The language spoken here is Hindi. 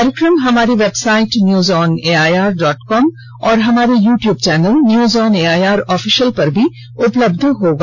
कार्यक्रम हमारी website news on AIR dot com और हमारे YouTube channel news on AIR official पर भी उपलब्ध रहेगा